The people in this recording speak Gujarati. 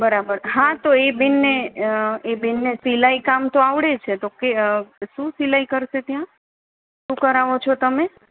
બરાબર હા તો એ બેનને અ એ બેનને સિલાઈ કામ તો આવડે છે તો કે શું સિલાઈ કરશે શું કરાવો છો તમે